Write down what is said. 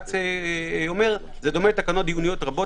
בג"ץ אומר שזה דומה לתקנות דיוניות רבות,